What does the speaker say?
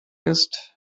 ist